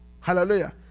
Hallelujah